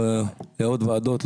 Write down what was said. לא עוד ועדות,